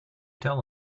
tell